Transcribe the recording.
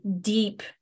deep